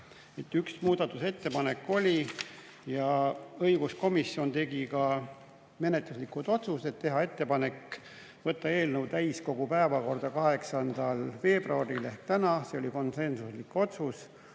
Üks muudatusettepanek oli ja õiguskomisjon tegi ka menetluslikud otsused: teha ettepanek võtta eelnõu täiskogu päevakorda 8. veebruaril ehk täna (see oli konsensuslik otsus),